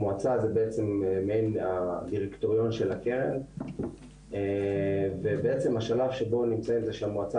המועצה זה בעצם מעין דירקטוריון של הקרן ובעצם השלב שבו נמצאים זה שהמועצה